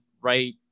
right